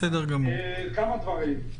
כמה דברים.